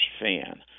fan